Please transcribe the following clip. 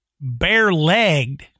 bare-legged